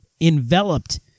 enveloped